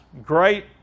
great